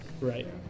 Right